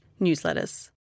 newsletters